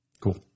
Cool